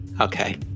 Okay